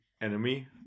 enemy